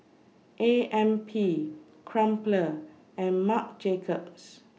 A M P Crumpler and Marc Jacobs